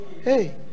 hey